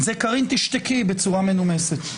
זה קארין תשתקי בצורה מנומסת.